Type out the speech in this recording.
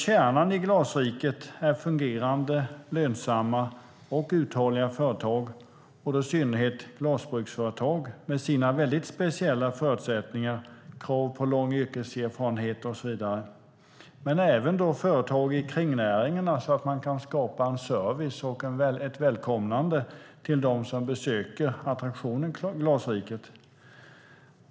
Kärnan i Glasriket ska vara fungerande, lönsamma och uthålliga företag, och då i synnerhet glasbruksföretag med sina väldigt speciella förutsättningar med krav på lång yrkeserfarenhet och så vidare men även företag i kringnäringarna, så att man kan skapa en service och ett välkomnande till dem som besöker attraktionen Glasriket.